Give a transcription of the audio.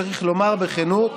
צריך לומר בכנות,